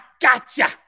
gotcha